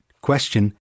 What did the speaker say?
Question